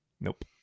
Nope